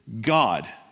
God